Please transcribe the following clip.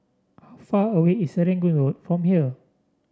far away is Serangoon Road from here